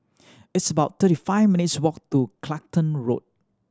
it's about thirty five minutes' walk to Clacton Road